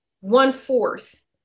one-fourth